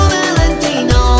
Valentino